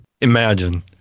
imagine